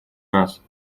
нас